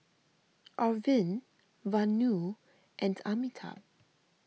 Arvind Vanu and Amitabh